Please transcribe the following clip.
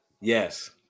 Yes